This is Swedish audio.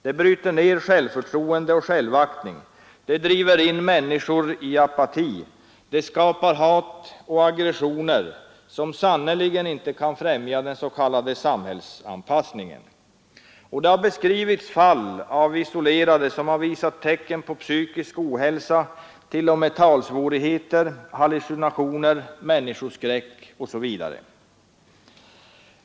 Det bryter ner självförtroendet och självaktningen, det driver in människor i apati, det skapar hat och aggressioner som sannerligen inte kan främja den s.k. samhällsanpassningen. Det har beskrivits fall där isolerade visat tecken på psykisk ohälsa, t.o.m. talsvårigheter, hallucinationer, människoskräck, OSV.